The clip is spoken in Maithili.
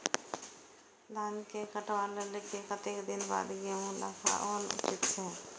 धान के काटला के कतेक दिन बाद गैहूं लागाओल उचित छे?